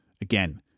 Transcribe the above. again